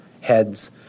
heads